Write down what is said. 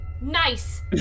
nice